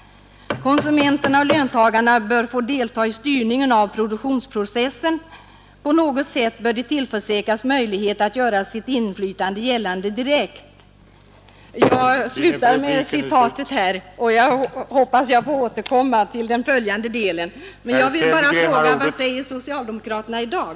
Konsumenterna och löntagarna bör få delta i styrningen av produktionsprocessen. På något sätt bör de tillförsäkras möjlighet att göra sitt inflytande gällande direkt och inte endast i egenskap av köpare över en i många hänseenden ofullkomligt fungerande varumarknad.” Men vad säger socialdemokraterna i dag?